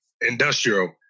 industrial